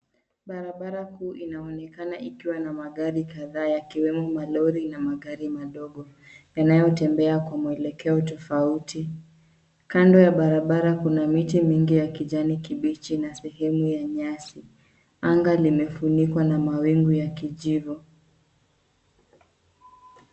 Barabara kuu inaonekana ikiwa na magari kadhaa yakiwemo malori, na magari madogo yanayotembea kwa mwelekeo tofauti. Kando ya barabara kuna miti mingi ya kijani kibichi na sehemu ya nyasi. Anga limefunikwa na mawingu ya kijivu.